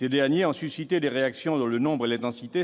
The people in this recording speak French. lesquels ont suscité des réactions inédites par leur nombre et leur intensité.